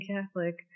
Catholic